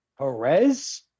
Perez